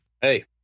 Hey